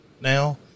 now